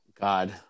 God